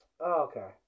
okay